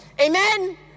Amen